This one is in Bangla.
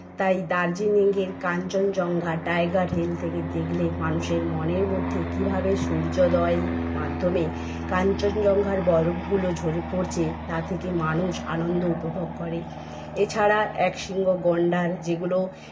তাই দার্জিলিংয়ের কাঞ্চনজঙ্ঘা টাইগার হিল থেকে দেখলে মানুষের মনের মধ্যে কিভাবে সূর্যোদয়ের মাধ্যমে কাঞ্চনজঙ্ঘার বরফগুলো ঝরে পড়ছে তা থেকে মানুষ আনন্দ উপভোগ করে এছাড়া একশৃঙ্গ গন্ডার যেগুলো